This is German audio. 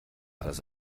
alles